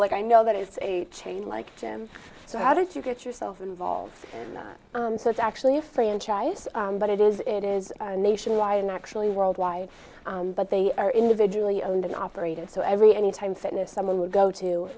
like i know that it's a chain like gym so how did you get yourself involved in that so it's actually a franchise but it is it is nationwide and actually worldwide but they are individually owned and operated so every anytime fitness someone would go to